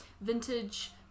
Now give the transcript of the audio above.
vintage –